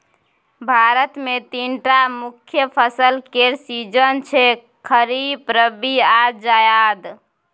भारत मे तीनटा मुख्य फसल केर सीजन छै खरीफ, रबी आ जाएद